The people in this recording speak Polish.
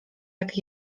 jak